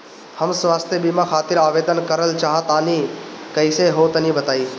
हम स्वास्थ बीमा खातिर आवेदन करल चाह तानि कइसे होई तनि बताईं?